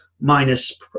minus